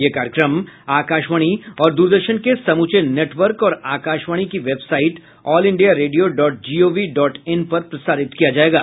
यह कार्यक्रम आकाशवाणी और द्रदर्शन के समूचे नेटवर्क और आकाशवाणी की website all India radio dot gov dot in पर प्रसारित किया जाएगा